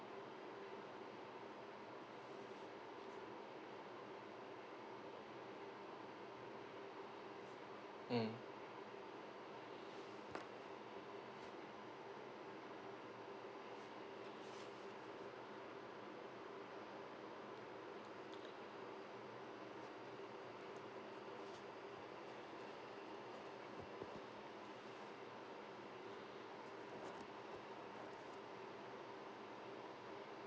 mm